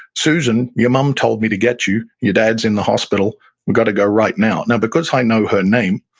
susan, your mom told me to get you. your dad is in the hospital. we've got to go right now. now, because i know her name,